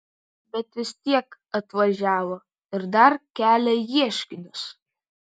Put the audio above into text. bet vis tiek atvažiavo ir dar kelia ieškinius